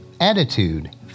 attitude